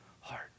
heart